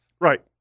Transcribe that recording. Right